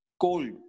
cold